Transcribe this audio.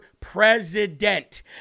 president